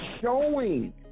showing